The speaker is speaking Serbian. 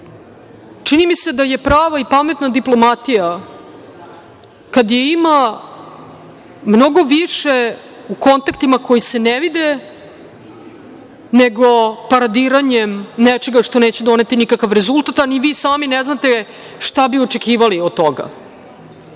čini mi se da je prava i pametna diplomatija kad je ima mnogo više u kontaktima koji se ne vide, nego paradiranjem nečega što neće doneti nikakav rezultat, a ni vi sami ne znate šta bi očekivali od toga. Meni